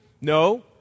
No